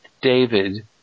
David